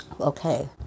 okay